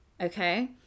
okay